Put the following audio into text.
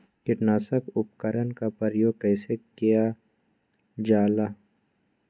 किटनाशक उपकरन का प्रयोग कइसे कियल जाल?